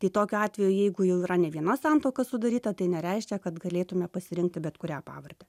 tai tokiu atveju jeigu jau yra ne viena santuoka sudaryta tai nereiškia kad galėtume pasirinkti bet kurią pavardę